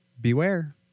beware